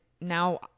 now